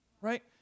right